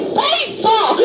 faithful